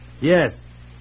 Yes